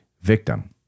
victim